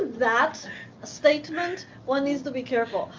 that statement, one is to be careful.